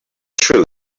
true